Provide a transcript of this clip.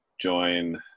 join